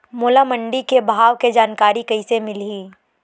मोला मंडी के भाव के जानकारी कइसे मिलही?